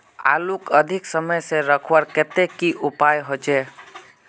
आलूक अधिक समय से रखवार केते की उपाय होचे?